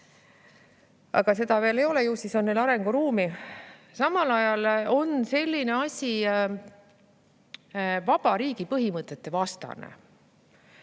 Aga seda veel ei ole, ju siis on neil arenguruumi. Samal ajal on selline asi vaba riigi põhimõtete vastane,